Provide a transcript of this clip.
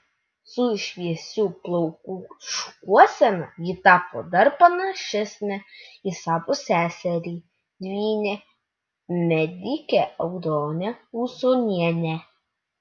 su šviesių plaukų šukuosena ji tapo dar panašesnė į savo seserį dvynę medikę audronę usonienę